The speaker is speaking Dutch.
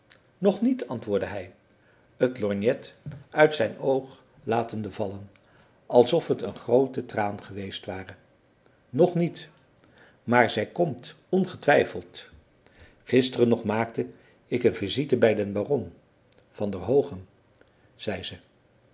nog niet antwoordde hij het lorgnet uit zijn oog latende vallen alsof het een groote traan geweest ware nog niet maar zij komt ongetwijfeld gisteren nog maakte ik een visite bij den baron van der hoogen zei ze